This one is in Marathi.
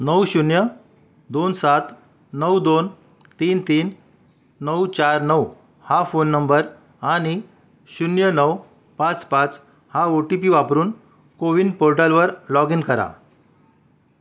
नऊ शून्य दोन सात नऊ दोन तीन तीन नऊ चार नऊ हा फोन नंबर आणि शून्य नऊ पाच पाच हा ओ टी पी वापरून कोविन पोर्टलवर लॉग इन करा